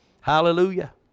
Hallelujah